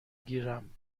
گیرم